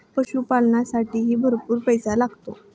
पशुपालनालासाठीही भरपूर पैसा लागतो